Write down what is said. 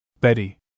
Betty